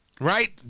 Right